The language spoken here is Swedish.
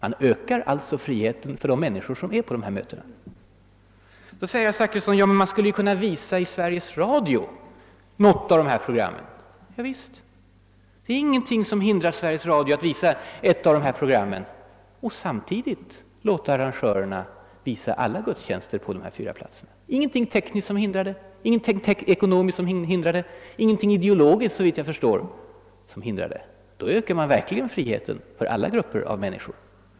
Man ökar alltså friheten för de människor som är närvarande vid dessa möten utan att minska den för andra. Herr Zachrisson säger då att man skulle kunna visa något av dessa program i Sveriges Radio. Javisst! Det är ingenting som hindrar Sveriges Radio från att visa ett av dessa program och samtidigt låta arrangörerna via länk visa alla gudstjänsterna på dessa fyra platser. Det finns inga tekniska eller ekonomiska eller ideologiska hinder för det, såvitt jag förstår. Då ökar man verkligen friheten för alla grupper av människor.